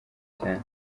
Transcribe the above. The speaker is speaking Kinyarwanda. cyane